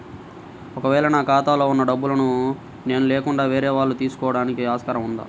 ఒక వేళ నా ఖాతాలో వున్న డబ్బులను నేను లేకుండా వేరే వాళ్ళు తీసుకోవడానికి ఆస్కారం ఉందా?